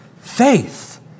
faith